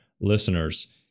listeners